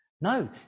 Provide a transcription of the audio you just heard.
No